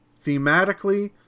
thematically